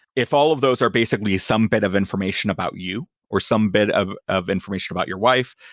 if all of those are basically some bit of information about you or some bit of of information about your wife,